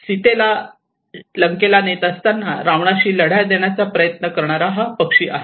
सीताला लंकेला नेत असताना रावणाशि लढा देण्याचा प्रयत्न करणारा पक्षी आहे